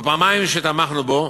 בפעמיים שתמכנו בו,